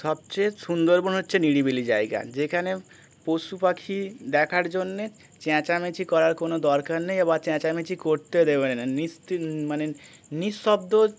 সবচেয়ে সুন্দরবন হচ্ছে নিরিবিলি জায়গা যেখানে পশু পাখি দেখার জন্যে চেঁচামেচি করার কোনো দরকার নেই আবার চেঁচামেচি করতে দেবেেন না নিস্তব্ধ মানে নিঃশব্দ